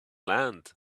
land